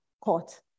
caught